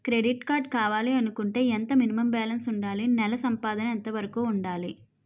Credit card కావాలి అనుకుంటే ఎంత మినిమం బాలన్స్ వుందాలి? నెల సంపాదన ఎంతవరకు వుండాలి?